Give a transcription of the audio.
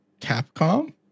Capcom